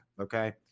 okay